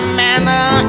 manner